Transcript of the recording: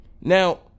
now